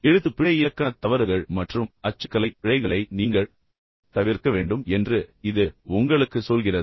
எழுத்துப்பிழை இலக்கண தவறுகள் மற்றும் அச்சுக்கலை பிழைகளை நீங்கள் தவிர்க்க வேண்டும் என்று இது உங்களுக்குச் சொல்கிறது